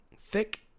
thick